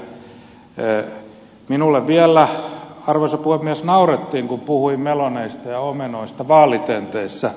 minulle vielä arvoisa puhemies naurettiin kun puhuin meloneista ja omenoista vaalitenteissä